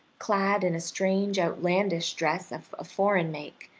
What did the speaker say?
clad in a strange outlandish dress of a foreign make,